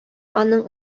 аның